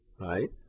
right